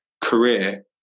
career